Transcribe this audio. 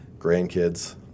grandkids